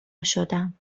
شدم